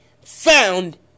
found